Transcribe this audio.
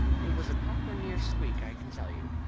it was a proper near squeak, i can tell ye.